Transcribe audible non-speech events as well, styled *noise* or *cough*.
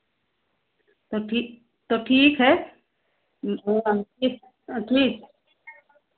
तो ठि तो ठीक है *unintelligible* ठीक ठीक